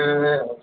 ए हजुर